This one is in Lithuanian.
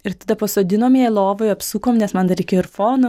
ir tada pasodinom ją lovoj apsukom nes man dar reikėjo ir foną